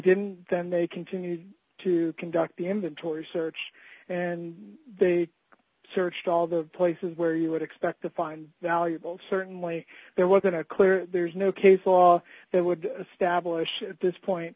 didn't then they continued to conduct the inventory search and they searched all the places where you would expect to find valuable certainly there wasn't a clear there's no case law that would stablish at this point